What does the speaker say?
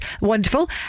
Wonderful